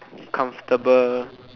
comfortable